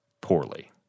poorly